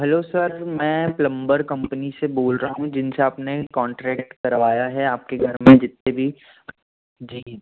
hello sir मैं plumber company से बोल रहा हूँ जिनसे अपने कॉन्ट्रैक्ट करवाया है आपके घर में जितने भी जी